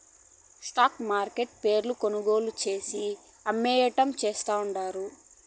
stock మార్కెట్ల షేర్లు కొనుగోలు చేసి, అమ్మేయడం చేస్తండారు